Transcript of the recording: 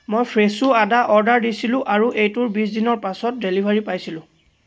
মই ফ্ৰেছো আদা অৰ্ডাৰ দিছিলোঁ আৰু এইটোৰ বিছ দিনৰ পাছত ডেলিভাৰী পাইছিলোঁ